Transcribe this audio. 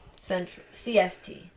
CST